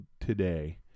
today